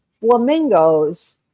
flamingos